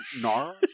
Nar